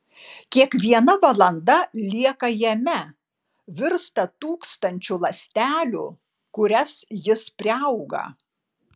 kiekviena valanda lieka jame virsta tūkstančiu ląstelių kurias jis priauga